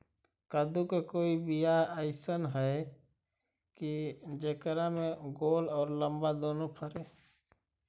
कददु के कोइ बियाह अइसन है कि जेकरा में गोल औ लमबा दोनो फरे?